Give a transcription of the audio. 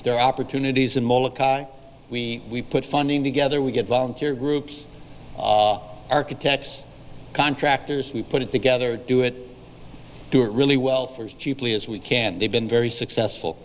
are opportunities and we put funding together we get volunteer groups architects contractors we put it together do it do it really well there's cheaply as we can they've been very successful